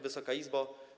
Wysoka Izbo!